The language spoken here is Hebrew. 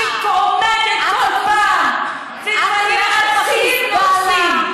את הדוגמה, שעומדת פה כל פעם,